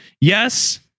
yes